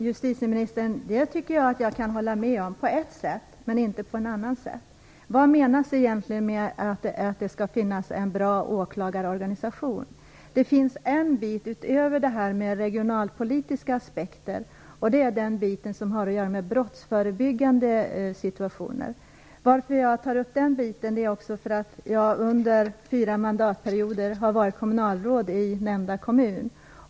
Fru talman! Det tycker jag på ett sätt att jag kan hålla med om, justitieministern, men inte på ett annat sätt. Vad menas egentligen med att det skall finnas en bra åklagarorganisation? Det finns en del utöver detta med regionalpolitiska aspekter. Det är den del som har att göra med brottsförebyggande situationer. Orsaken till att jag berör också denna del är att jag under fyra mandatperioder har varit kommunalråd i nämnda kommun.